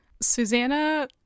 Susanna